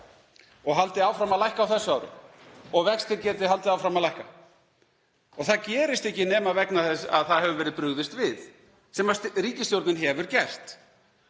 og haldi áfram að lækka á þessu ári og vextir geti haldið áfram að lækka. Það gerist ekki nema vegna þess að það hefur verið brugðist við, sem ríkisstjórnin hefur gert.